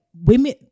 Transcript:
women